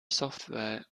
software